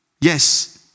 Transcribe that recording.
Yes